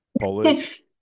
Polish